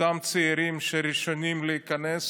אותם צעירים הם ראשונים להיכנס